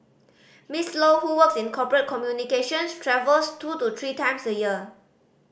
Miss Low who works in corporate communications travels two to three times a year